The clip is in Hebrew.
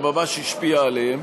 וממש השפיעה עליהם.